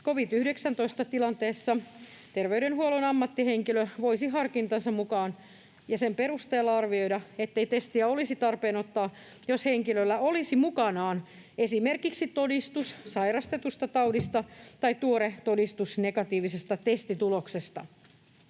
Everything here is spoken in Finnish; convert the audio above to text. Covid-19-tilanteessa terveydenhuollon ammattihenkilö voisi harkintansa mukaan ja sen perusteella arvioida, ettei testiä olisi tarpeen ottaa, jos henkilöllä olisi mukanaan esimerkiksi todistus sairastetusta taudista tai tuore todistus negatiivisesta testituloksesta.